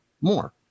more